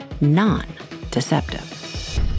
non-deceptive